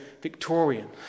Victorian